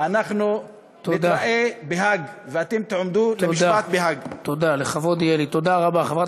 תודה רבה, חבר הכנסת סעדי.